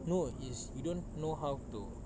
no is you don't know how to